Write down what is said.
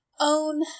own